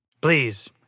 Please